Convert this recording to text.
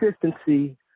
consistency